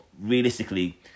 realistically